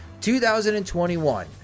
2021